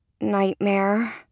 Nightmare